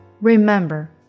Remember